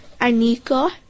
Anika